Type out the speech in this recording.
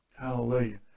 Hallelujah